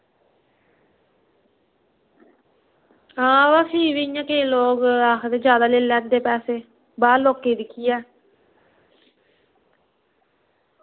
हां अवा फ्ही बी इ'यां केईं लोग आखदे ज्यादा लेई लैंदे पैसे बाह्र लोकें गी दिक्खियै